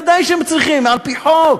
ודאי שהם צריכים על-פי חוק.